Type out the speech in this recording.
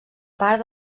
part